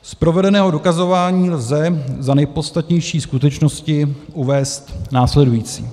Z provedeného dokazování lze za nejpodstatnější skutečnosti uvést následující.